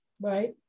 right